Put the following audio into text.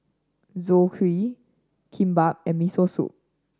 Zosui Kimbap and Miso Soup